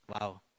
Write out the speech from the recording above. Wow